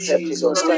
Jesus